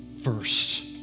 first